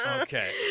okay